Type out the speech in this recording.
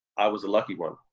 i was the lucky one,